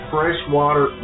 Freshwater